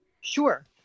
Sure